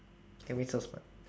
edwin so smart